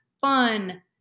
fun